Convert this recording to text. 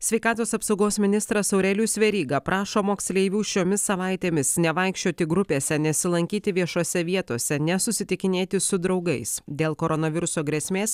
sveikatos apsaugos ministras aurelijus veryga prašo moksleivių šiomis savaitėmis nevaikščioti grupėse nesilankyti viešose vietose nesusitikinėti su draugais dėl koronaviruso grėsmės